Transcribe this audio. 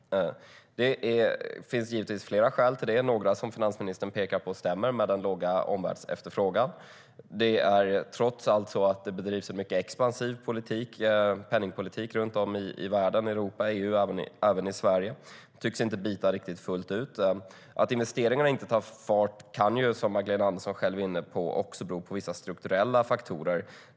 Det finns givetvis flera skäl till att de inte gör det. Några som finansministern pekar på stämmer, till exempel den låga omvärldsefterfrågan. Det bedrivs trots allt en mycket expansiv penningpolitik runt om i Europa, EU, världen och även i Sverige. Men det tycks inte bita fullt ut. Att investeringarna inte tar fart kan, som Magdalena Andersson själv var inne på, också bero på vissa strukturella faktorer.